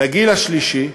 לגיל השלישי,